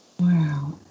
Wow